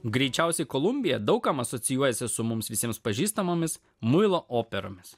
greičiausiai kolumbija daug kam asocijuojasi su mums visiems pažįstamomis muilo operomis